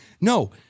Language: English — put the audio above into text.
No